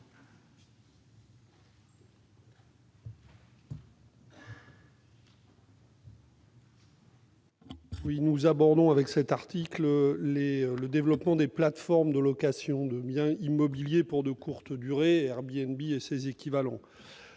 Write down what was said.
Nous abordons, avec cet article, le sujet du développement des plateformes de location de biens immobiliers pour de courtes durées, c'est-à-dire Airbnb et ses équivalents.